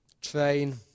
Train